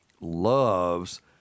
loves